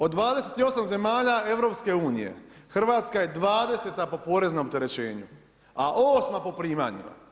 Od 28 zemalja EU, Hrvatska je 20. po poreznom opterećenju, a 8. po primanjima.